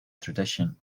tradition